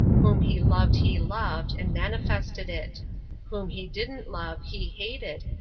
whom he loved he loved, and manifested it whom he didn't love he hated,